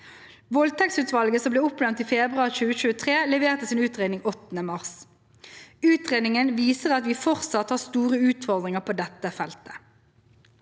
Voldtektsutvalget, som ble oppnevnt i februar 2023, leverte sin utredning 8. mars. Utredningen viser at vi fortsatt har store utfordringer på dette feltet.